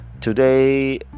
Today